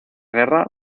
guerra